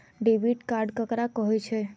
Debit card ककरा कहै छै?